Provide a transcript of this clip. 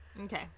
Okay